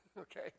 okay